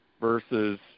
versus